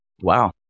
Wow